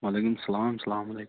وعلیکُم السلام اَلسلامُ علیکُم